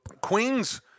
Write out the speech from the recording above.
Queens